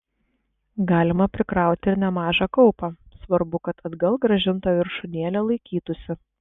galima prikrauti ir nemažą kaupą svarbu kad atgal grąžinta viršūnėlė laikytųsi